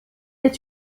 est